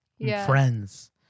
friends